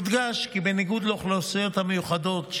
יודגש כי בניגוד לאוכלוסיות המיוחדות,